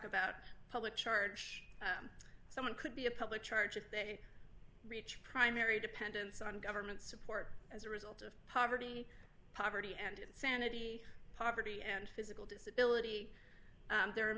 about public charge someone could be a public charge if they reach primary dependence on government support as a result of poverty poverty and insanity poverty and physical disability there are